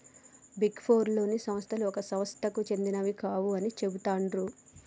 big four లోని సంస్థలు ఒక సంస్థకు సెందినవి కావు అని చెబుతాండ్రు